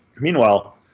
Meanwhile